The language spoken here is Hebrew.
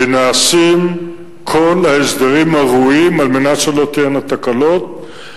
ונעשים כל ההסדרים הראויים על מנת שלא תהיינה תקלות.